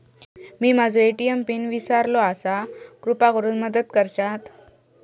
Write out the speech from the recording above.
मी माझो ATM PIN इसरलो आसा कृपा करुन मदत करताल